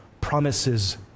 promises